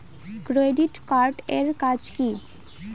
Credit card এর কাজ কি?